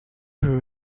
who